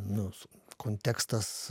nu su kontekstas